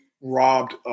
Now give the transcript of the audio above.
robbed